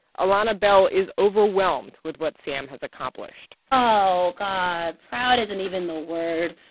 alana bell is overwhelmed with what sam has accomplished oh, god, proud isn't even the word.